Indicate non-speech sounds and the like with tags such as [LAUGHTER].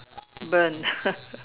burnt [NOISE]